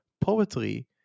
Poetry